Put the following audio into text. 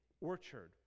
orchard